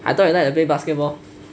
I thought you like to play basketball